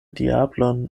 diablon